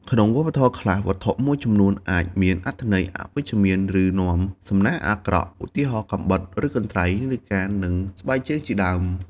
ក្នុងវប្បធម៌ខ្លះ វត្ថុមួយចំនួនអាចមានអត្ថន័យអវិជ្ជមាន ឬនាំសំណាងអាក្រក់ ឧទាហរណ៍ កាំបិត ឬកន្ត្រៃ នាឡិកា និងស្បែកជើងជាដើម។